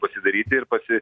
pasidaryti ir pasi